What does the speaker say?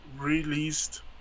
released